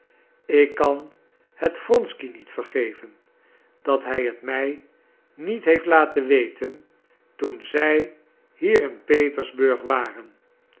ik kan het wronsky niet vergeven dat hij het mij niet heeft laten weten toen zij hier in petersburg waren